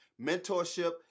Mentorship